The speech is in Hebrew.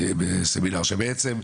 בסמינר שבעצם,